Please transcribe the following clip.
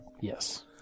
Yes